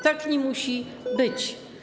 Tak nie musi być.